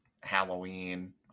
Halloween